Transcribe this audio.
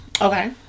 Okay